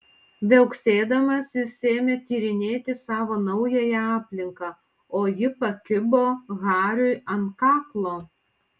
viauksėdamas jis ėmė tyrinėti savo naująją aplinką o ji pakibo hariui ant kaklo